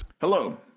Hello